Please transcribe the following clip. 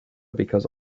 because